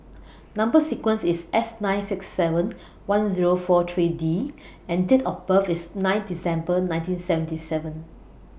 Number sequence IS S nine six seven one Zero four three D and Date of birth IS nine December nineteen seventy seven